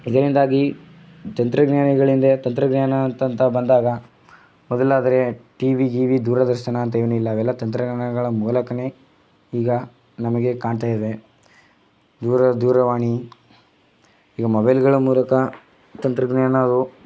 ಇದರಿಂದಾಗಿ ತಂತ್ರಜ್ಞಾನಗಳಿಂದೆ ತಂತ್ರಜ್ಞಾನ ಅಂತ ಅಂತ ಬಂದಾಗ ಮೊದಲಾದರೆ ಟಿವಿ ಗಿವಿ ದೂರದರ್ಶನ ಅಂತೇನಿಲ್ಲ ಅವೆಲ್ಲ ತಂತ್ರಜ್ಞಾನಗಳ ಮೂಲಕನೇ ಈಗ ನಮಗೆ ಕಾಣ್ತಾಯಿವೆ ದೂರವಾಣಿ ಈಗ ಮೊಬೈಲ್ಗಳು ಮೂಲಕ ತಂತ್ರಜ್ಞಾನವು